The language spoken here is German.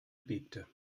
bebte